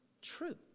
true